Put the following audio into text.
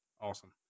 awesome